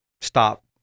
stop